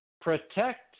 protect